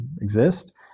exist